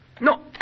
No